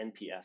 NPS